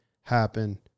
happen